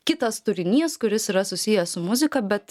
kitas turinys kuris yra susijęs su muzika bet